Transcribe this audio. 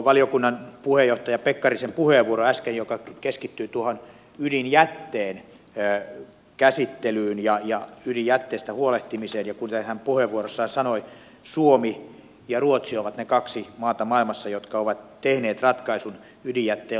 valiokunnan puheenjohtaja pekkarisen puheenvuoro äsken keskittyi tuohon ydinjätteen käsittelyyn ja ydinjätteestä huolehtimiseen ja kuten hän puheenvuorossaan sanoi suomi ja ruotsi ovat ne kaksi maata maailmassa jotka ovat tehneet ratkaisun ydinjätteen loppusijoittamisesta